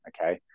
okay